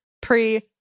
pre